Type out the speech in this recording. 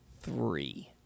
Three